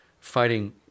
fighting